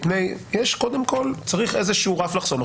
קודם כל צריך איזשהו רף לחסום.